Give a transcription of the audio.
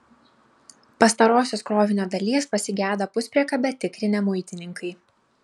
pastarosios krovinio dalies pasigedo puspriekabę tikrinę muitininkai